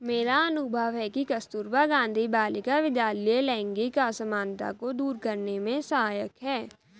मेरा अनुभव है कि कस्तूरबा गांधी बालिका विद्यालय लैंगिक असमानता को दूर करने में सहायक है